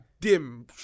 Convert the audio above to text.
dim